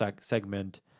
segment